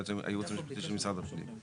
הייעוץ המשפטי של משרד הפנים.